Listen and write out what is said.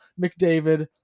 McDavid